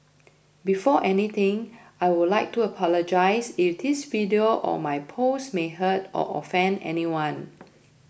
before anything I would like to apologise if this video or my post may hurt or offend anyone